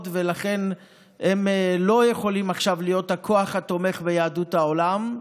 ולכן הם לא יכולים עכשיו להיות הכוח התומך ביהדות העולם,